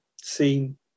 seen